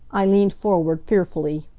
i leaned forward, fearfully.